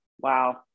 Wow